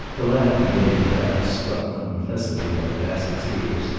the laugh he gave at that struck unpleasantly on bassett's ears.